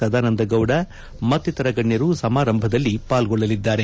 ಸದಾನಂದಗೌದ ಮತ್ತಿತರ ಗಣ್ಯರು ಸಮಾರಂಭದಲ್ಲಿ ಪಾಲ್ಗೊಳ್ಳಲಿದ್ದಾರೆ